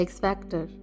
X-factor